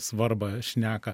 svarbą šneka